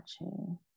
watching